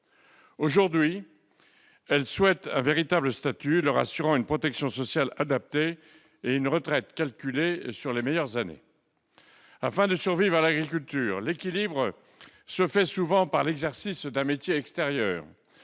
Aujourd'hui, elles souhaitent un véritable statut qui leur assure une protection sociale adaptée et une retraite calculée sur les meilleures années de leur vie professionnelle. Afin de survivre à l'agriculture, l'équilibre se fait souvent par l'exercice d'un métier extérieur.